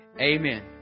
Amen